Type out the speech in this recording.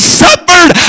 suffered